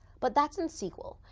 but that's in sql.